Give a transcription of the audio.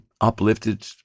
uplifted